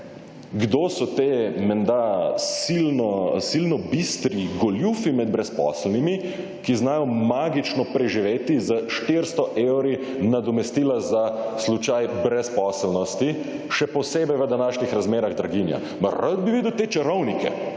kdo so ti menda silno bistri goljufi med brezposelnimi, ki znajo magično preživeti z 400 evri nadomestila za slučaj brezposelnosti, še posebej v današnjih razmerah draginja. Ma rad bi videl te čarovnike.